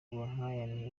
nk’aya